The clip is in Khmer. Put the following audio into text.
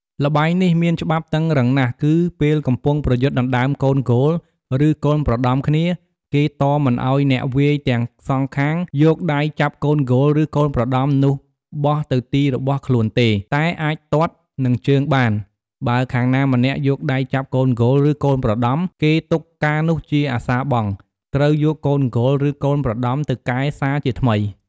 ល្បែងនេះមានច្បាប់តឹងរឹងណាស់ គឺពេលកំពុងប្រយុទ្ធដណ្តើមកូនគោល ឬកូនប្រដំគ្នា គេតមមិនឲ្យអ្នកវាយទាំងសងខាសងយកដៃចាប់កូនគោលឬកូនប្រដំនោះបោះទៅទីរបស់ខ្លួនទេ តែអាចទាត់នឹងជើងបាន បើខាងណាម្នាក់យកដៃចាប់កូនគោល ឬកូនប្រដំ គេទុកការនោះជាអសារបង់ ត្រូវយកកូនគោល ឬកូនប្រដំទៅកែសាជាថ្មី។